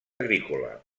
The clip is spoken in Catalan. agrícola